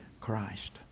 Christ